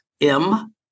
M-